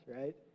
right